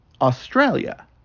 Australia